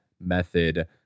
method